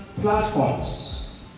platforms